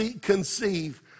conceive